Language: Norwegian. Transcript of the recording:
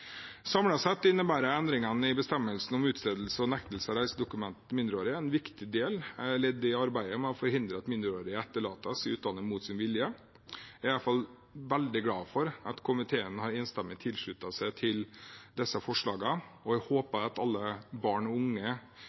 sett innebærer endringene i bestemmelsen om utstedelse og nektelse av reisedokumenter til mindreårige et viktig ledd i arbeidet med å forhindre at mindreårige etterlates i utlandet mot sin vilje. Jeg er i alle fall veldig glad for at komiteen enstemmig har tilsluttet seg disse forslagene. Jeg håper at alle barn og unge